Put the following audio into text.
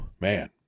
Man